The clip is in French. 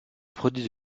produits